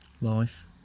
Life